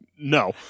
No